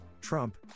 Trump